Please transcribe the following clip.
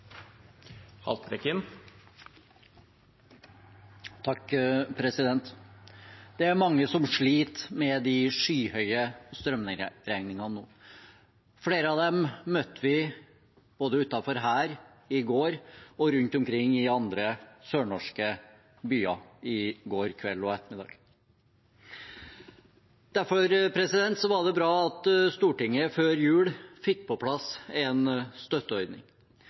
mange som sliter med de skyhøye strømregningene nå. Flere av dem møtte vi både utenfor her i går og rundt omkring i andre sørnorske byer i går ettermiddag og kveld. Derfor var det bra at Stortinget før jul fikk på plass en støtteordning